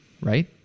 right